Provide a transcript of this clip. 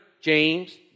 James